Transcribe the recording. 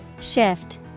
Shift